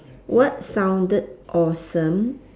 what sounded awesome